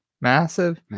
massive